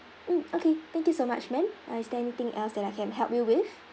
mm okay thank you so much ma'am uh is there anything else that I can help you with